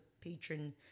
patron